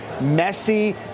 messy